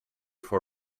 for